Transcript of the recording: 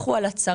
זו עזרה